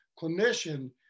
clinician